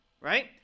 right